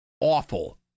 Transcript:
awful